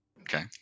Okay